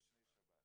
לפני שבת.